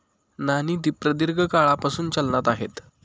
नाणी प्रदीर्घ काळापासून चलनात आहेत